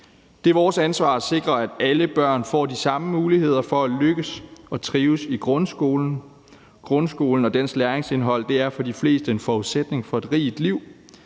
Det er vores ansvar at sikre, at alle børn får de samme muligheder for at lykkes og trives i grundskolen. Grundskolen og dens læringsindhold er for de fleste en forudsætning for et rigt liv,